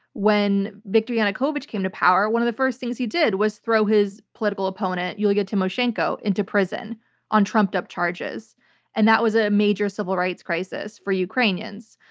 when viktor yanukovych came to power, one of the first things he did was throw his political opponent, yulia tymoshenko, into prison on trumped up charges and that was a major civil rights crisis for ukrainians.